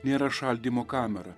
nėra šaldymo kamera